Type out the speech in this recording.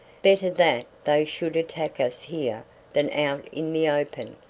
better that they should attack us here than out in the open,